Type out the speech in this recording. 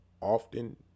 often